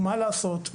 מה לעשות?